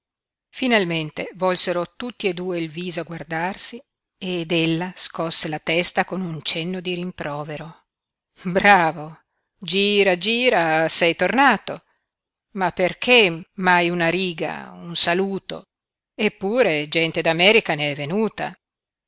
finalmente volsero tutti e due il viso a guardarsi ed ella scosse la testa con un cenno di rimprovero bravo gira gira sei tornato ma perché mai una riga un saluto eppure gente d'america ne è venuta